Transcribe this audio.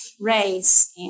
race